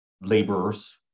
laborers